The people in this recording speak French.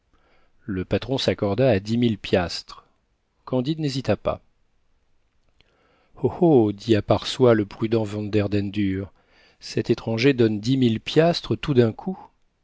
le patron s'accorda à dix mille piastres candide n'hésita pas oh oh dit à part soi le prudent vanderdendur cet étranger donne dix mille piastres tout d'un coup